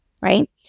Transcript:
right